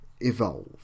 evolve